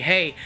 Hey